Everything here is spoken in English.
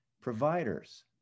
providers